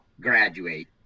graduate